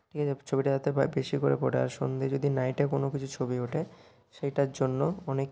ঠিক আছে ছবিটা যাতে বেশি করে ফোটে আর সন্ধ্যে যদি নাইটে কোনো কিছুর ছবি ওঠে সেইটার জন্য অনেক